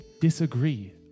disagree